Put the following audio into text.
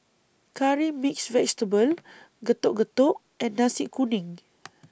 Curry Mixed Vegetable Getuk Getuk and Nasi Kuning